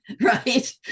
right